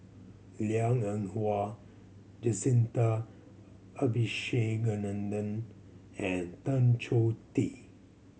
Liang Eng Hwa Jacintha Abisheganaden and Tan Choh Tee